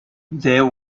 there